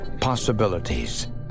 possibilities